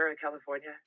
California